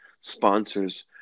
sponsors